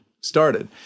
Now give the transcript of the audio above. started